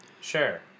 Sure